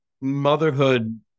motherhood